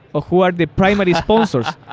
or who are the primary sponsors?